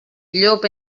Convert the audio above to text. llop